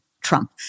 Trump